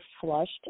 flushed